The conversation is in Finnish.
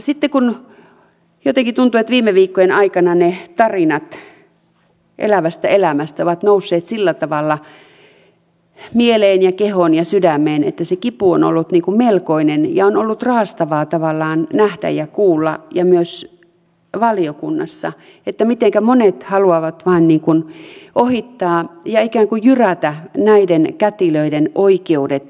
sitten jotenkin tuntuu että viime viikkojen aikana ne tarinat elävästä elämästä ovat nousseet sillä tavalla mieleen ja kehoon ja sydämeen että se kipu on ollut melkoinen ja on ollut raastavaa tavallaan nähdä ja kuulla myös valiokunnassa mitenkä monet haluavat vain ikään kuin ohittaa ja jyrätä näiden kätilöiden oikeudet